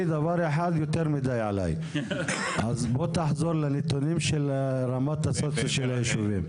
בוא תחזור לנתונים של רמת הסוציו של הישובים.